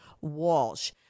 Walsh